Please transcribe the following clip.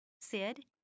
Sid